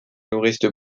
nourrissent